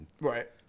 Right